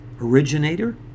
originator